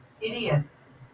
idiots